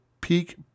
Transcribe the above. peak